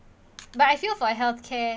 but I feel for health care